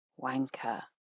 wanker